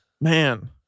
man